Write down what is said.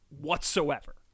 whatsoever